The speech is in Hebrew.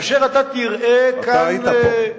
אתה היית פה.